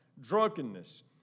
drunkenness